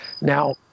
now